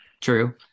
true